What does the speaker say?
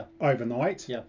overnight